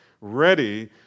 ready